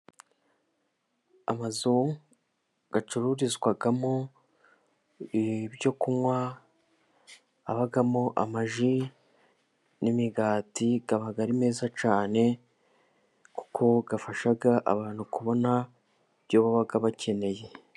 Amazu acururizwamo ibyo kunywa, abamo amaji, n'imigati, aba ari meza cyane, kuko afasha abantu kubona ibyo baba bakeneye.